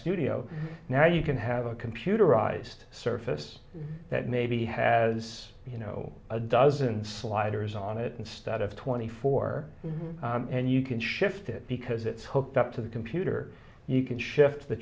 studio now you can have a computerized surface that maybe has you know a dozen sliders on it instead of twenty four and you can shift it because it's hooked up to the computer you can shift t